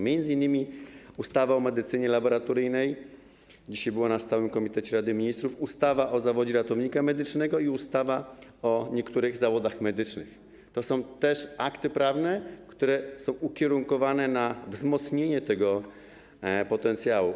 M.in. ustawa o medycynie laboratoryjnej, która dzisiaj była w stałym komitecie Rady Ministrów, ustawa o zawodzie ratownika medycznego i ustawa o niektórych zawodach medycznych - to też są akty prawne ukierunkowane na wzmocnienie tego potencjału.